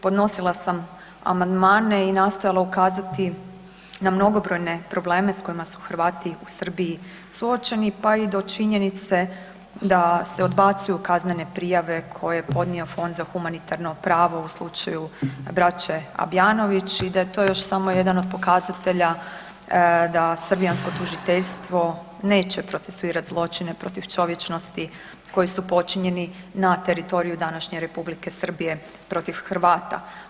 Podnosila sam amandmane i nastojala ukazati na mnogobrojne probleme s kojima su Hrvati u Srbiji suočeni pa i do činjenice da se odbacuju kaznene prijave koje je podnio Fond za humanitarno pravo u slučaju braće Abijanović i da je to još samo jedan od pokazatelja da srbijansko tužiteljstvo neće procesuirati zločine protiv čovječnosti koji su počinjeni na teritoriju današnje Republike Srbije protiv Hrvata.